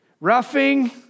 Roughing